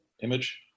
image